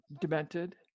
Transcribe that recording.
demented